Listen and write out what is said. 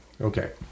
Okay